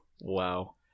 wow